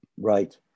Right